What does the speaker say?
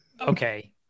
Okay